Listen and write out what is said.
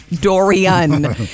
Dorian